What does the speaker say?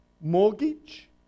mortgage